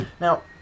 Now